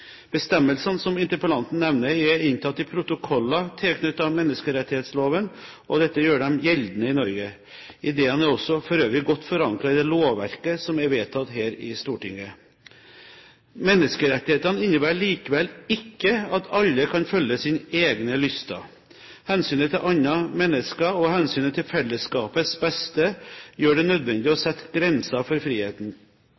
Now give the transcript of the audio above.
Bestemmelsene som interpellanten nevner, er inntatt i protokoller tilknyttet menneskerettighetsloven, og dette gjør dem gjeldende i Norge. Ideene er også for øvrig godt forankret i det lovverket som er vedtatt her i Stortinget. Menneskerettighetene innebærer likevel ikke at alle kan følge sine egne lyster. Hensynet til andre mennesker og hensynet til fellesskapets beste gjør det nødvendig å